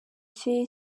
cye